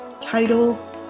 Titles